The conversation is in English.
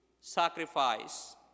sacrifice